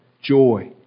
joy